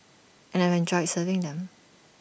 and I've enjoyed serving them